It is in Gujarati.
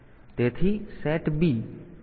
તેથી SETB TR 0 છે